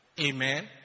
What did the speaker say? Amen